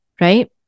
right